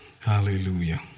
Hallelujah